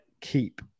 keep